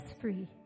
free